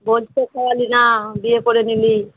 ভোজ তো খাওয়ালি না বিয়ে করে নিলি